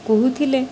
କହୁଥିଲେ